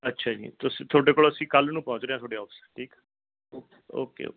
ਅੱਛਾ ਜੀ ਤੁਸੀਂ ਤੁਹਾਡੇ ਕੋਲ ਅਸੀਂ ਕੱਲ੍ਹ ਨੂੰ ਪਹੁੰਚ ਰਹੇ ਤੁਹਾਡੇ ਔਫਿਸ ਠੀਕ ਓਕੇ ਓਕੇ